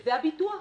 שזה הביטוח.